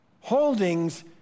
holdings